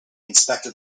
inspected